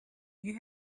you